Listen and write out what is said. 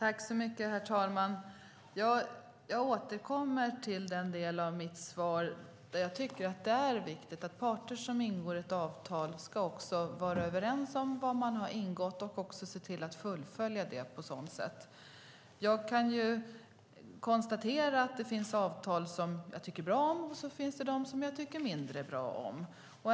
Herr talman! Jag återkommer till att jag tycker att det är viktigt att parter som ingår ett avtal ska vara överens om vad man har ingått och se till att fullfölja det. Jag kan konstatera att det finns avtal som jag tycker bra om och att det finns dem som jag tycker mindre bra om.